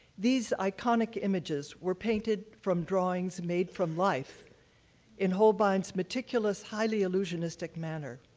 these iconic images were painted from drawings made from life in holbein's meticulous, highly illusionistic manner.